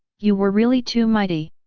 you were really too mighty.